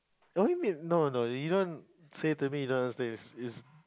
oh what you mean no no you don't say to me you don't understand is is